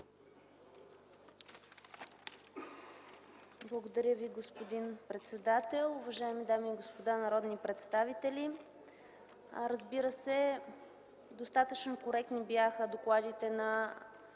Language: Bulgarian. Благодаря Ви, господин председател. Уважаеми дами и господа народни представители! Разбира се, достатъчно коректни бяха докладите на